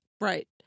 Right